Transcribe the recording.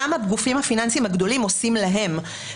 גם הגופים הפיננסיים הגדולים עושים להם.